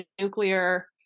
nuclear